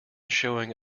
showing